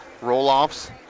roll-offs